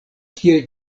kiel